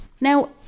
Now